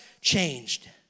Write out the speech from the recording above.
changed